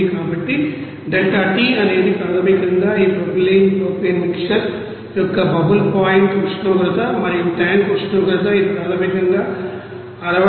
కాబట్టి delta T అనేది ప్రాథమికంగా ఈ ప్రొపైలిన్ ప్రొపేన్ మిక్సర్ యొక్క బబుల్ పాయింట్ ఉష్ణోగ్రత మరియు ట్యాంక్ ఉష్ణోగ్రత ఇది ప్రాథమికంగా 62